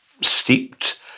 steeped